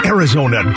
Arizona